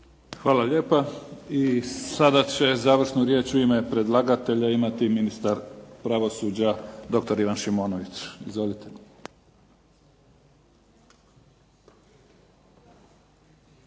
Hvala lijepa. I sada će završnu riječ u ime predlagatelja imati ministar pravosuđa, dr. Ivan Šimonović. Izvolite.